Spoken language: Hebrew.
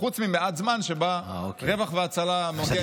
חוץ ממעט זמן שבו רווח והצלה מגיע ממקום אחר.